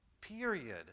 period